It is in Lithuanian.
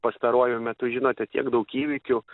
pastaruoju metu žinote tiek daug įvykių